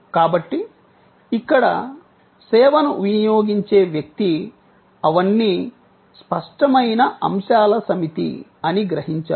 కాబట్టి ఇక్కడ సేవను వినియోగించే వ్యక్తి అవన్నీ స్పష్టమైన అంశాల సమితి అని గ్రహించారు